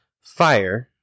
Fire